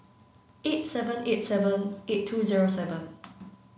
eight seven eight seven eight two zero seven